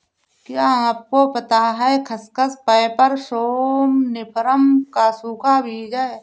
क्या आपको पता है खसखस, पैपर सोमनिफरम का सूखा बीज है?